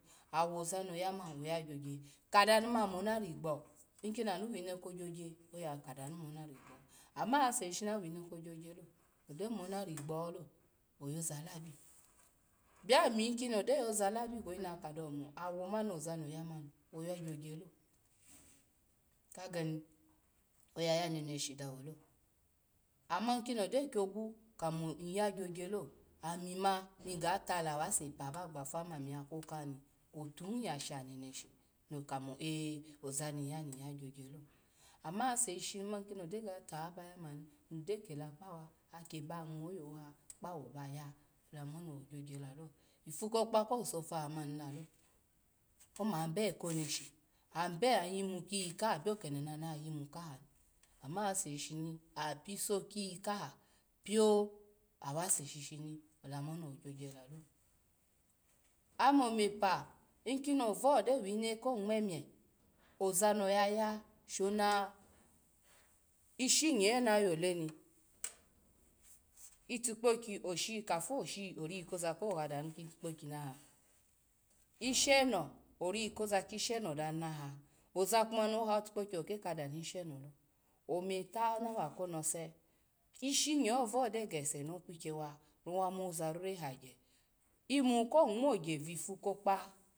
Awo zano yama oya gyo gya kada nu ma mo na rigbo, inkini anu wine ko gyo gya oya kadanu mo na rigbo ama se shi shini awine ko gyo gya lo, ogyo mo na rigbo lo oyo zalabi, blaminkono do yo zalabi kweyi na kadawo mo awo ma ozano yama, oya gyo gyalo kageni oya ya neneshi dawo lo, ama kono gyo kyogu kamo nyya gyo gyalo ami na ni gatala wa sepe bagbofu ome ami ya kokani, otahin ya shane neshi no kamo eh-ozani ya ni nyya gyo gyala ama ase shishini no gyo ga tawo ba ya ma ni no gyo kola aki ba ngwo hoha kpawo baya, lamoni wo gyogya la lo ifu kokpa kawuso vaha mani lalo omo abe ko neshi anbe an yimu kiyika bla kede nanu ya yimu kaha ni, ama wa se shishini apiso kiyika pia wase shishini, olamoni wo gyo gyalalo, ome ome pe ikini ovu gyo wine ko ngmw oza no yaya shona, ishinya shona yo le ni itikpoki kapi oshiyi ori koza kohoha danu kitikpoki danu naha, isheno oriko kisheno danu naha, ozano kama ha otukpoki okere ga danu isheno lo, ome ta na wa ko nose ishinye ovu gyo gese no kwikyo wa, owa moza rora hagya imu ko ngma gya vifu kokpa.